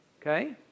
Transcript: Okay